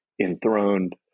enthroned